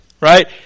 right